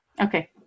Okay